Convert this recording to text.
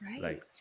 Right